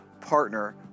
partner